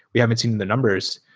we haven't seen the numbers.